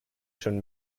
schon